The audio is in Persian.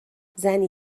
زنی